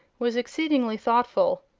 was exceedingly thoughtful.